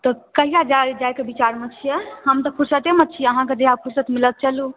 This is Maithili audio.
तऽ कहिआ जाइ जाइ कऽ विचारमे छियै हम तऽ फुरसतेमे छी अहाँकऽ जहिआ फुरसत मिलत चलू